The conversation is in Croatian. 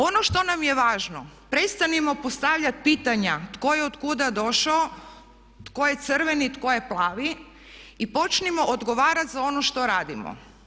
Ono što nam je važno, prestanimo postavljati pitanja tko je od kuda došao, tko je crveni, tko je plavi i počnimo odgovarati za ono što radimo.